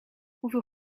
hoeveel